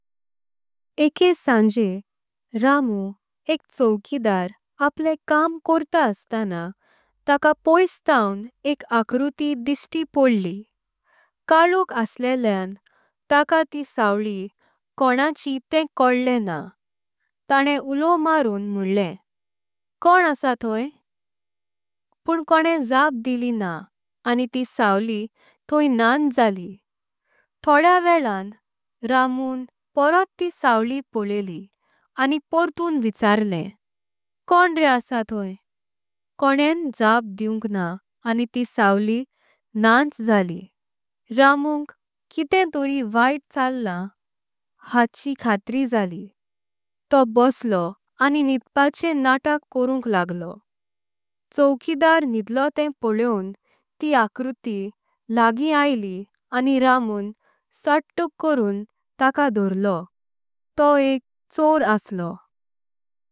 एके संजे रामू एक चौकीदार आपले काम करता अस्ताना तका। पोइस ठेवून एक आकृती दिसती पडली काळोख असलेलें तका। ती सावली कोन्नाची तें कोल्लेना ताण्णे उलो मारून म्होंल्ले कोण्न। आसा तोई पण कोंणें जवाब दिला नाम आनी ती सावली तोई नांच। झाली तोडेया वेलां रामून पोरोट ती सावली पोळेली आनी पोर्तून। विचारले "कोण्न रे आसा तोई कोंणें जवाब दिऊंक ना आनी ती। सावली नांच झाली रामुंक किते तोरी वाईट चल्लं हाचि कत्रि झाली। तो बसलो आनी न्हिंदपाचे नाटक कोरंक लागलो चौकीदार। न्हिदलो तें पोल्लें ति आकृती लागिं आइलि आनी रामून। सत्त करून तका धरलो तो एक चोर असलो।